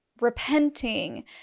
repenting